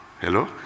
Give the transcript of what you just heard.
Hello